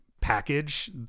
package